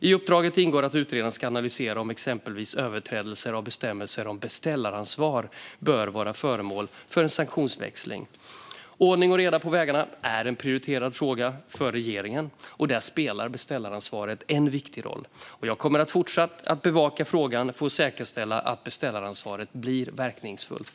I uppdraget ingår att utredaren ska analysera om exempelvis överträdelser av bestämmelserna om beställaransvar bör vara föremål för en sanktionsväxling. Ordning och reda på vägarna är en prioriterad fråga för regeringen, och där spelar beställaransvaret en viktig roll. Jag kommer att fortsätta bevaka frågan för att säkerställa att beställaransvaret blir verkningsfullt.